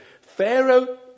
Pharaoh